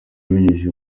abinyujije